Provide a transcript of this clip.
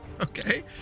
okay